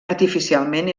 artificialment